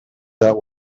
that